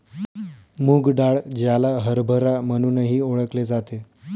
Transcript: मूग डाळ, ज्याला हरभरा म्हणूनही ओळखले जाते